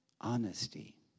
honesty